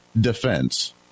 defense—